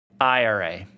IRA